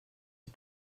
die